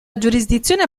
giurisdizione